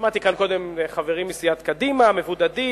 שמעתי כאן קודם חברים מסיעת קדימה: מבודדים.